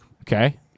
Okay